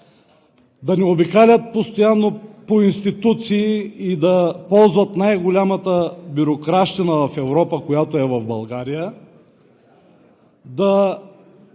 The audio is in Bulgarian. да не обикалят постоянно по институции и да ползват най-голямата бюрократщина в Европа, която е в България, да